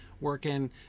working